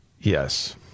Yes